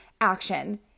action